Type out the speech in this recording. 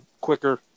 quicker